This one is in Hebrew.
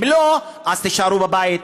אם לא, תישארו בבית.